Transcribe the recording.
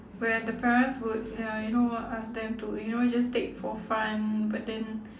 where the parents would ya you know w~ ask them to you know just take for fun but then